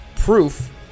Proof